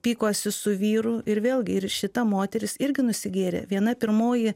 pykosi su vyru ir vėlgi ir šita moteris irgi nusigėrė viena pirmoji